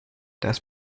das